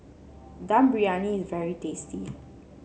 Dum Briyani is very tasty